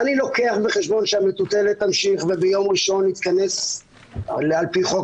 אני לוקח בחשבון שהמטוטלת תמשיך וביום ראשון נתכנס על פי חוק